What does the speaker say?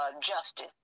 justice